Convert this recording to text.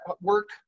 work